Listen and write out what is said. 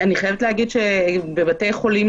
בבתי חולים,